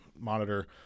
monitor